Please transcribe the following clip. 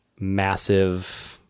massive